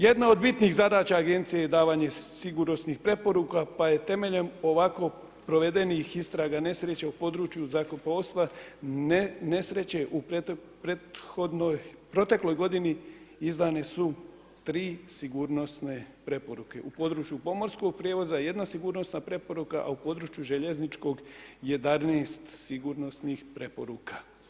Jedna od bitnih zadaća Agencije je davanje sigurnosnih preporuka pa je temeljem ovako provedenih istraga nesreća u području zrakoplovstva nesreće u protekloj godini izdane su tri sigurnosne preporuke u području pomorskog prijevoza, jedna sigurnosna preporuka a u području željezničkog 11 sigurnosnih preporuka.